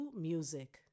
Music